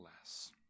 less